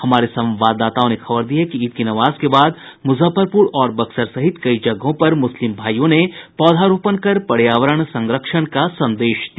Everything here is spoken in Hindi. हमारे संवाददाताओं ने खबर दी है कि ईद की नमाज के बाद मुजफ्फरपुर और बक्सर सहित कई जगहों पर मुस्लिम भाईयों ने पौधारोपण कर पर्यावरण संरक्षण का संदेश दिया